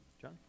John